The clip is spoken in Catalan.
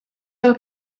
del